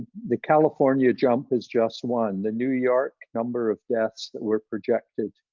the california jump is just one. the new york number of deaths that were projected,